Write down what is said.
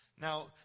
Now